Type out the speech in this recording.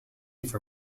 for